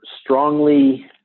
strongly